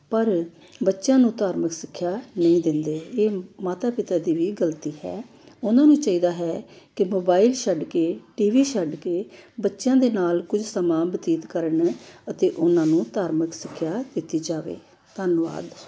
ਪਰ ਬੱਚਿਆਂ ਨੂੰ ਧਾਰਮਿਕ ਸਿੱਖਿਆ ਨਹੀਂ ਦਿੰਦੇ ਇਹ ਮਾਤਾ ਪਿਤਾ ਦੀ ਵੀ ਗਲਤੀ ਹੈ ਉਹਨਾਂ ਨੂੰ ਚਾਹੀਦਾ ਹੈ ਕਿ ਮੋਬਾਈਲ ਛੱਡ ਕੇ ਟੀਵੀ ਛੱਡ ਕੇ ਬੱਚਿਆਂ ਦੇ ਨਾਲ ਕੁਝ ਸਮਾਂ ਬਤੀਤ ਕਰਨ ਅਤੇ ਉਹਨਾਂ ਨੂੰ ਧਾਰਮਿਕ ਸਿੱਖਿਆ ਦਿੱਤੀ ਜਾਵੇ ਧੰਨਵਾਦ